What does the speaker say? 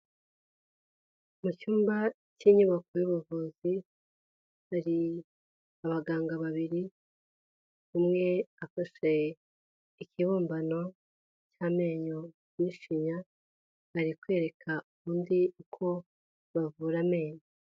Mu cyumba cy'inyubako y'ubuvuzi hari abaganga babiri, umwe afashe ikibumbano cy'amenyo n'ishinya, ari kwereka undi uko bavura amenyo.